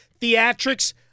theatrics